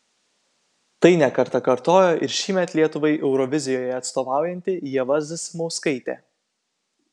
tai ne kartą kartojo ir šįmet lietuvai eurovizijoje atstovaujanti ieva zasimauskaitė